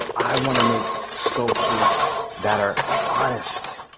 i want to make sculptures that are honest,